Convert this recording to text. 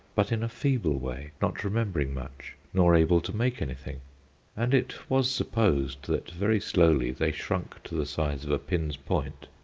but in a feeble way, not remembering much, nor able to make anything and it was supposed that very slowly they shrunk to the size of a pin's point,